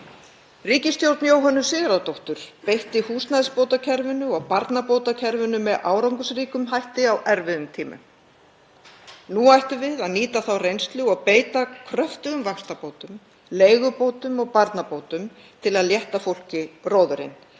Ríkisstjórn Jóhönnu Sigurðardóttur beitti húsnæðisbótakerfinu og barnabótakerfinu með árangursríkum hætti á erfiðum tímum. Nú ættum við að nýta þá reynslu og beita kröftugum vaxtabótum, leigubótum og barnabótum til að létta fólki róðurinn.